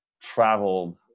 traveled